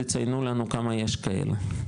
תציינו לנו כמה יש כאלה,